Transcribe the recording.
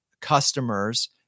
customers